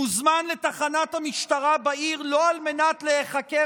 מוזמן לתחנת המשטרה בעיר לא על מנת להיחקר